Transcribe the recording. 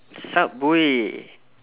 subway